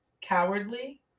Cowardly